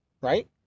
right